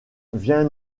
viens